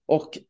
Och